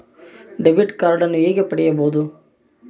Debit ಕಾರ್ಡನ್ನು ಹೇಗೆ ಪಡಿಬೋದು?